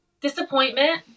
disappointment